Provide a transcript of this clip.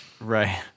right